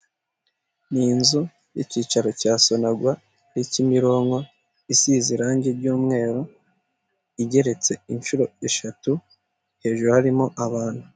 Ni inzu , ikicaro cya sonerwa, iri kimirinko isize irange ry' umweru, igeretse inshuro eshatu, hejuru harimo abantu.